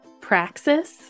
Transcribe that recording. Praxis